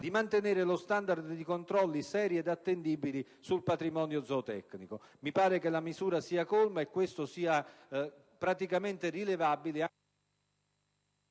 di mantenere lo *standard* di controlli seri ed attendibili sul patrimonio zootecnico. Mi pare che la misura sia colma e questo sia praticamente rilevabile...